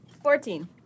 Fourteen